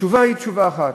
התשובה היא תשובה אחת: